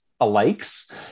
alikes